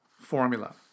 formula